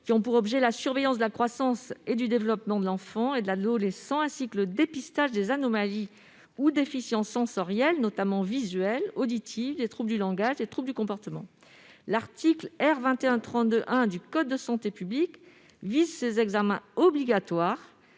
qui ont pour objet la surveillance de la croissance et du développement de l'enfant et de l'adolescent, ainsi que le dépistage des anomalies ou déficiences sensorielles, notamment visuelles et auditives, des troubles du langage et des troubles du comportement. L'article R. 2132-1 du code de la santé publique liste ces examens obligatoires